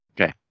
Okay